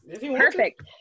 Perfect